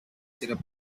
syrup